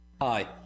Hi